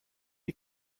die